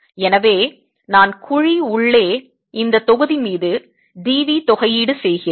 எனவே நான் குழி உள்ளே இந்த தொகுதி மீது d v தொகையீடு செய்கிறேன்